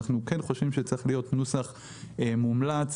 אנחנו כן חושבים שצריך להיות נוסח מומלץ